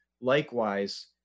Likewise